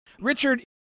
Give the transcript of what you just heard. Richard